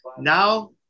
now